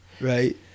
right